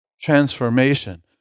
transformation